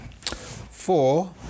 Four